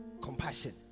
Compassion